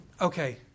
okay